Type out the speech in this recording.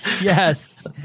Yes